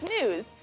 news